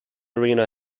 arena